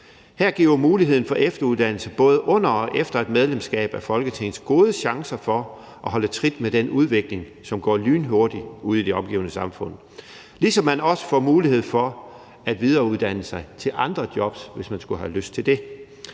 Her giver muligheden for efteruddannelse både under og efter et medlemskab af Folketinget en gode chancer for at holde trit med den udvikling, som går lynhurtigt ude i det omgivende samfund, ligesom man også får mulighed for at videreuddanne sig til andre job, hvis man skulle have lyst til det.